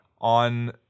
on